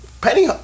Penny